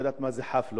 לא יודעת מה זה חאפלות,